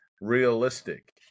realistic